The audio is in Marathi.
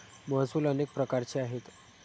महसूल अनेक प्रकारचे आहेत